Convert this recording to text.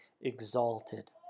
exalted